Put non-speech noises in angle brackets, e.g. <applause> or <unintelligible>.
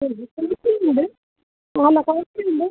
<unintelligible> select ചെയ്യുന്നുണ്ട് ആല്ല കുഴപ്പമില്ല